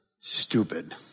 stupid